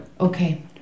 Okay